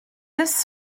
this